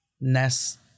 Nest